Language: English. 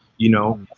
you know,